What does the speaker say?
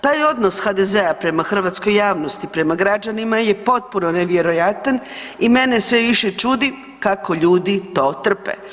Taj odnos HDZ-a prema hrvatskoj javnosti, prema građanima je potpuno nevjerojatan i mene sve više čudi kako ljudi to trpe.